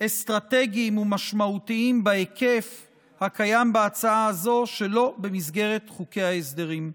אסטרטגיים ומשמעותיים בהיקף הקיים בהצעה הזאת שלא במסגרת חוקי ההסדרים.